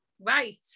right